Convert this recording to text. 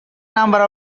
number